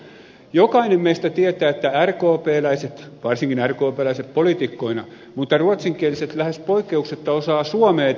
jokainen meistä tietää että rkpläiset varsinkin rkpläiset poliitikkoina mutta ruotsinkieliset lähes poikkeuksetta osaavat suomea tässä maassa